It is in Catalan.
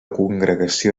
congregació